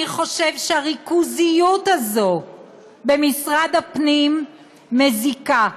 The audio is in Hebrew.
אני חושב שהריכוזיות הזאת במשרד הפנים מזיקה,